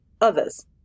others